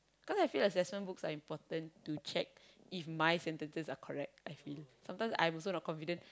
because I feel like assessment books are important to check if my sentences are correct I feel sometimes I also not confident